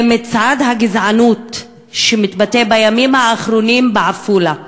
וזה מצעד הגזענות שמתבטא בימים האחרונים בעפולה.